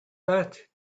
that